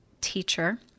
teacher